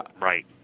Right